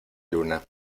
luna